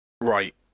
Right